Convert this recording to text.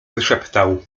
wyszeptał